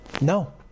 No